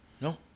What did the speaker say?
no